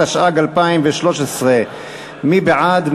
התשע"ג 2013. מי בעד,